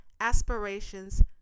aspirations